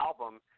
album